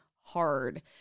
hard